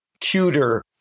cuter